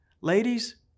Ladies